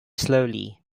slowly